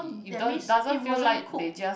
does doesn't feel like they just